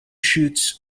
shoots